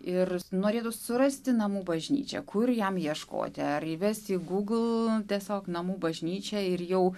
ir norėtų surasti namų bažnyčią kur jam ieškoti ar įvesti į google tiesiog namų bažnyčia ir jau